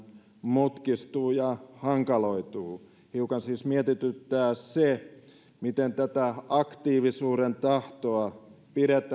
mutkistuu ja hankaloituu hiukan siis mietityttää miten tätä aktiivisuuden tahtoa